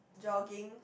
jogging